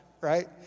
right